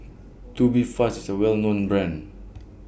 Tubifast IS A Well known Brand